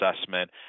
assessment